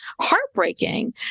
heartbreaking